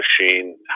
machine